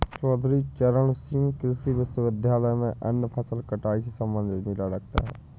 चौधरी चरण सिंह कृषि विश्वविद्यालय में अन्य फसल कटाई से संबंधित मेला लगता है